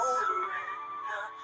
surrender